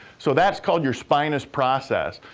so, that's called your spinous process,